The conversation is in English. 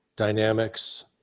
Dynamics